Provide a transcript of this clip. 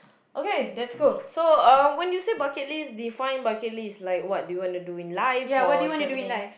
okay that's cool so um when you say bucket list define bucket list like what do you want to do in life for travelling